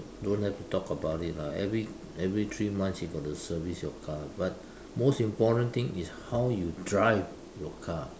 don't have to talk about it lah every every three months you got to service your car but most important thing is how you drive your car